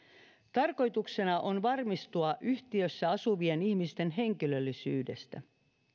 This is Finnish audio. tarkoituksena on varmistua yhtiössä asuvien ihmisten henkilöllisyydestä